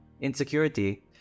insecurity